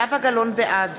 בעד